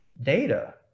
data